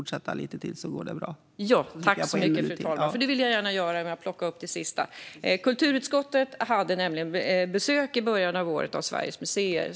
Kulturutskottet hade nämligen besök i början av året av Sveriges museer.